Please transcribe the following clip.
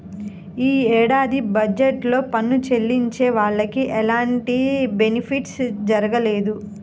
యీ ఏడాది బడ్జెట్ లో పన్ను చెల్లించే వాళ్లకి ఎలాంటి బెనిఫిట్ జరగలేదు